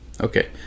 okay